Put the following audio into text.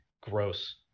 gross